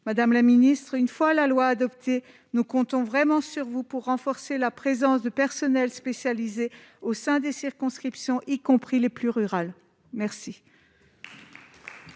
madame la ministre, une fois la loi adoptée, nous comptons vraiment sur vous pour renforcer la présence de personnel spécialisé au sein des circonscriptions, y compris les plus rurales merci.